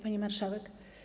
Pani Marszałek!